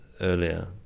earlier